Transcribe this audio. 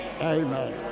Amen